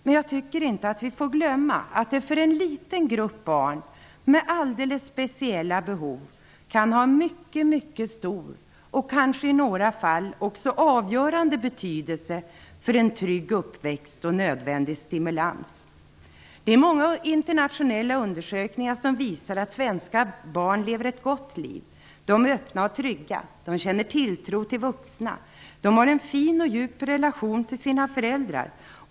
Men vi får inte glömma att det för en liten grupp barn med alldeles speciella behov kan ha en mycket stor och kanske i några fall också avgörande betydelse för en trygg uppväxt och nödvändig stimulans. Många internationella undersökningar visar att svenska barn lever ett gott liv. De är öppna och trygga. De känner tilltro till vuxna. De har en fin och djup relation till sina föräldrar.